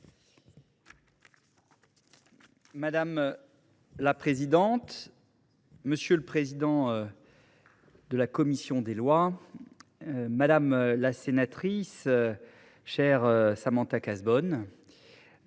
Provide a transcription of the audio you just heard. Madame la présidente, monsieur le président de la commission des lois, madame la sénatrice, chère Samantha Cazebonne,